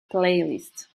playlist